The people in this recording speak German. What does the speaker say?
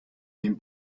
dem